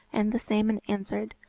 and the salmon answered,